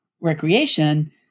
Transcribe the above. recreation